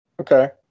Okay